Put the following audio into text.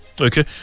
Okay